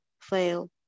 fail